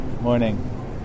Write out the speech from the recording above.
Morning